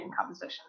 composition